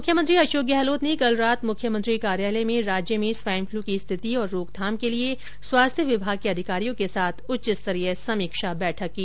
मुख्यमंत्री अशोक गहलोत ने कल रात मुख्यमंत्री कार्यालय में राज्य में स्वाइन फ्लु की स्थिति और रोकथाम के लिए स्वास्थ्य विभाग के अधिकारियों के साथ उच्च स्तरीय समीक्षा बैठक की